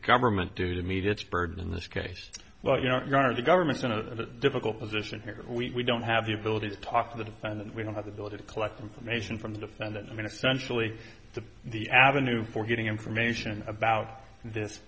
government do to meet its burden in this case but you know the government's in a difficult position here we don't have the ability to talk to the defendant we don't have the ability to collect information from the defendant i mean essentially the the avenue for getting information about this